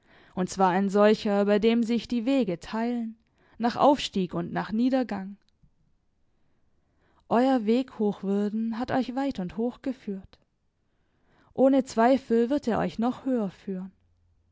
und zwar ein solcher bei dem sich die wege teilen nach aufstieg und nach niedergang euer weg hochwürden hat euch weit und hoch geführt ohne zweifel wird er euch noch höher führen